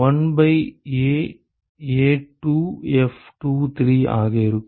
1 by A A2F23 ஆக இருக்கும்